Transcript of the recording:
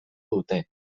dute